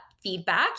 Feedback